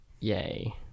Yay